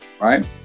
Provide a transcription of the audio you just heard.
right